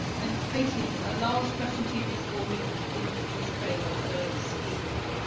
and katie, so a last question to you, before we introduce craig, our third speaker,